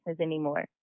anymore